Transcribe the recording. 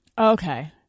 Okay